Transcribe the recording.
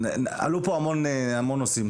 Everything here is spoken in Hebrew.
עלו פה המון נושאים.